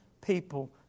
people